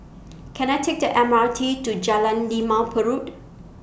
Can I Take The M R T to Jalan Limau Purut